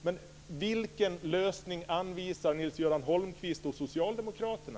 Men vilken lösning anvisar Nils-Göran Holmqvist och Socialdemokraterna?